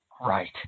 Right